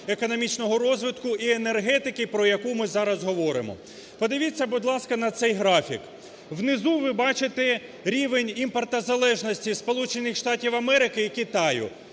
економічного розвитку і енергетики, про яку ми зараз говоримо. Подивіться, будь ласка, на цей графік. Внизу ви бачите рівеньімпортозалежності Сполучених